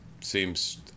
seems